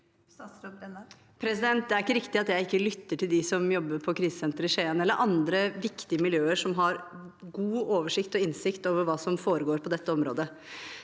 Det er ikke riktig at jeg ikke lytter til dem som jobber på krisesenteret i Skien, eller andre viktige miljøer, som har god oversikt og innsikt i hva som foregår på dette området.